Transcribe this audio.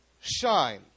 shine